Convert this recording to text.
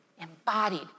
embodied